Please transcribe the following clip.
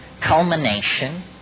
culmination